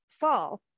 fall